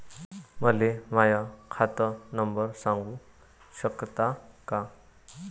मले माह्या खात नंबर सांगु सकता का?